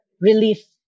relief